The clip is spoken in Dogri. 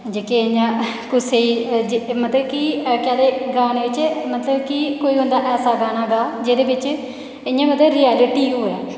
जेह्के इं'या कुसै गी मतलब इं'या गाने च कि मतलब कि कोई बंदा इं'या ऐसा गाना गा जेह्दे बिच इं'या मतलब रियालटी होऐ